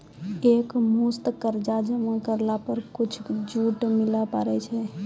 एक मुस्त कर्जा जमा करला पर कुछ छुट मिले पारे छै?